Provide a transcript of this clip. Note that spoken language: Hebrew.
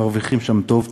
מרוויחים שם טוב,